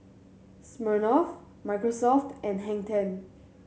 Smirnoff Microsoft and Hang Ten